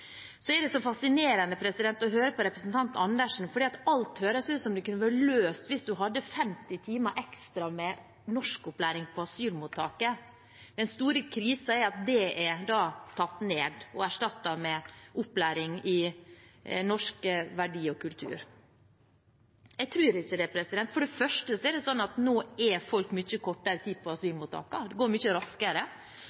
så fascinerende å høre på representanten Karin Andersen, for det høres ut som om alt kunne vært løst om man hadde hatt 50 timer ekstra med norskopplæring på asylmottaket. Den store krisen er at det er tatt ned og erstattet med opplæring i norske verdier og norsk kultur. Jeg tror ikke det. For det første er folk nå mye kortere tid på